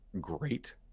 great